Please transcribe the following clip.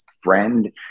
friend –